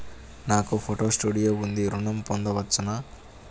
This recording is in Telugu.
నాకు ఫోటో స్టూడియో ఉంది ఋణం పొంద వచ్చునా?